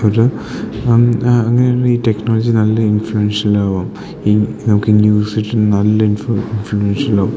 ഒരു അങ് അങ്ങനെയുള്ള ഈ ടെക്നോളജി നല്ല ഇൻഫ്ലുവൻഷ്യലാവും ഈ നമുക്ക് ന്യൂസ് സെക്ഷൻ നല്ല ഇൻഫു ഇൻഫ്ലുവേഷ്യനാവും